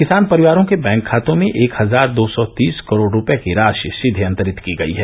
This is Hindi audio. किसान परिवारों के बैंक खातों में एक हजार दो सौ तीस करोड़ रूपये की राशि सीधे अंतरित की गयी है